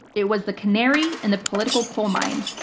it was the canary in the political coal mine,